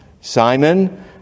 Simon